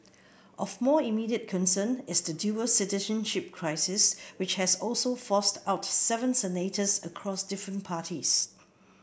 of more immediate concern is the dual citizenship crisis which has also forced out seven senators across different parties